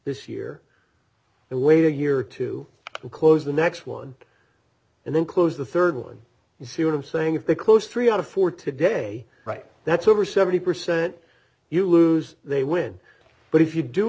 this year and wait a year to close the next one and then close the third one you see what i'm saying if they close three out of four today right that's over seventy percent you lose they win but if you do